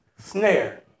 snare